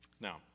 Now